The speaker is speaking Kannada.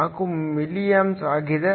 4 ಮಿಲಿಯಾಂಪ್ಸ್ ಆಗಿದೆ